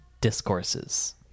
discourses